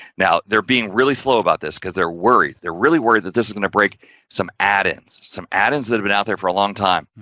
now, they're being really slow about this because they're worried, they're really worried that this is going to break some add-ins, some add-ins that have been out there for a long time,